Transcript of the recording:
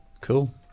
cool